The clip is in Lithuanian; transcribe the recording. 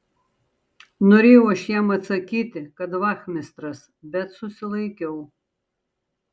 norėjau aš jam atsakyti kad vachmistras bet susilaikiau